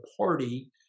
party